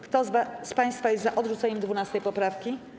Kto z państwa jest za odrzuceniem 12. poprawki?